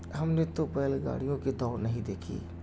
ہم نے تو بیل گاڑیوں کے دوڑ نہیں دیکھی ہے